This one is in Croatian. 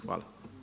Hvala.